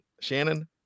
Shannon